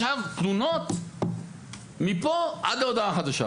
תלונות מפה עד להודעה חדשה.